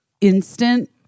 instant